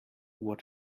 what